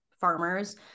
farmers